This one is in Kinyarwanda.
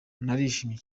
narishimye